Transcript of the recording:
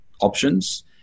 options